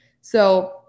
So-